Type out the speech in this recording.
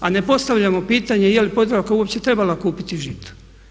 A ne postavljamo pitanje je li Podravka uopće trebala kupiti Žito?